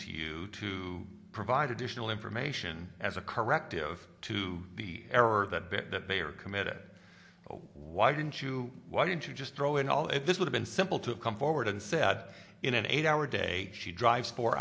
to you to provide additional information as a corrective to the error that they are committed why didn't you why didn't you just throw it all if this would have been simple to come forward and said in an eight hour day she drives fo